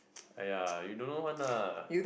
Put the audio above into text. !aiya! you don't know one lah